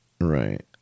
Right